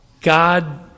God